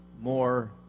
more